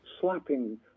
slapping